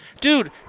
dude